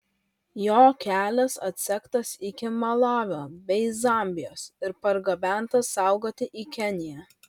jo kelias atsektas iki malavio bei zambijos ir pargabentas saugoti į keniją